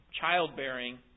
childbearing